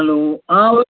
hello ആ